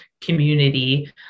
community